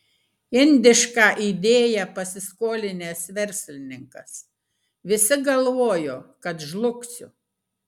indišką idėją pasiskolinęs verslininkas visi galvojo kad žlugsiu